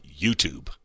youtube